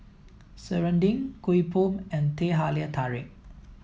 Serunding Kuih Bom and Teh Halia Tarik